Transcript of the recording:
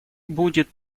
будет